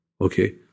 Okay